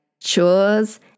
Chores